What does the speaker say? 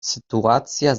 sytuacja